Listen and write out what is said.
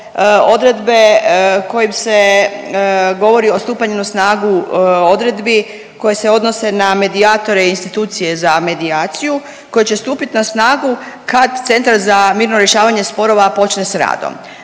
odredbe kojim se govori o stupanju na snagu odredbi koje se odnose na medijatore i institucije za medijaciju koje će stupiti na snagu kad Centar za mirno rješavanje sporova počne sa radom.